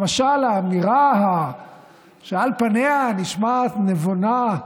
למשל, האמירה שעל פניה נשמעת נבונה,